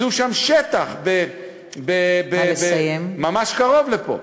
הקצו שם שטח ממש קרוב לפה.